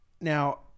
Now